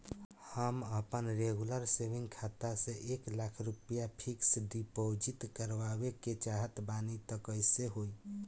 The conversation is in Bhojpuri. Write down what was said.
हम आपन रेगुलर सेविंग खाता से एक लाख रुपया फिक्स डिपॉज़िट करवावे के चाहत बानी त कैसे होई?